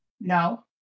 No